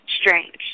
strange